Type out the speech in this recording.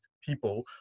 people